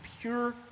pure